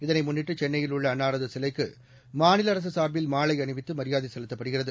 இதனை முன்னிட்டு சென்னையில் உள்ள அன்னாரது சிலைக்கு மாநில அரசு சார்பில் மாலை அணிவித்து மரியாதை செலுத்தப்படுகிறது